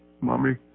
mommy